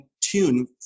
tune